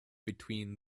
between